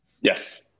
yes